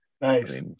nice